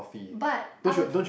but I would